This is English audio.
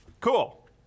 Cool